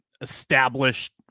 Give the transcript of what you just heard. established